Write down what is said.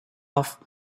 off